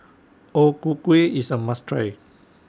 O Ku Kueh IS A must Try